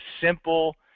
simple